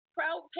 Proud